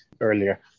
earlier